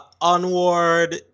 onward